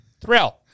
Thrill